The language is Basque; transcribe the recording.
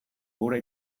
gure